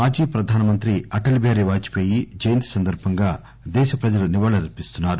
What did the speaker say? మాజీ ప్రధానమంత్రిఅటల్ బిహారీ వాజ్ పేయి జయంతి సందర్బంగా దేశ ప్రజలు నివాళ్లర్పిస్తున్నారు